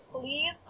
please